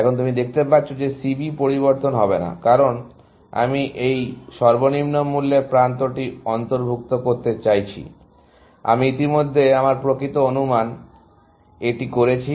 এখন তুমি দেখতে পাচ্ছ যে C B পরিবর্তন হবে না কারণ আমি এই সর্বনিম্ন মূল্যের প্রান্তটি অন্তর্ভুক্ত করতে যাচ্ছি আমি ইতিমধ্যে আমার প্রকৃত অনুমান এটি করেছি